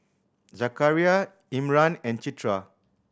Zakaria Imran and Citra